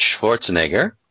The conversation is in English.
Schwarzenegger